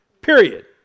period